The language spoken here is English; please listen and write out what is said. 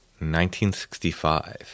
1965